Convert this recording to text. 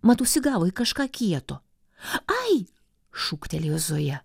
mat užsigavo į kažką kieto ai šūktelėjo zoja